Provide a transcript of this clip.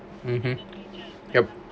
mmhmm yup